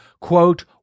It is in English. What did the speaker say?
quote